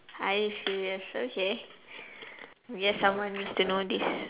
are you serious okay yes someone needs to know this